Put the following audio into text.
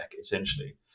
essentially